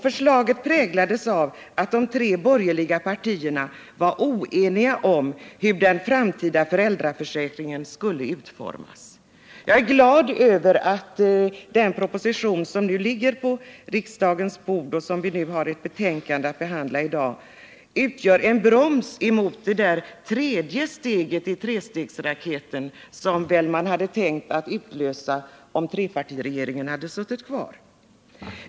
Förslaget präglades av att de tre borgerliga partierna var oeniga om hur den framtida föräldraförsäkringen skulle utformas. Jag är glad över att den proposition som behandlas i det nu föreliggande betänkandet utgör en broms för det tredje steget i trestegsraketen som man väl hade tänkt utlösa om trepartiregeringen suttit kvar.